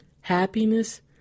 happiness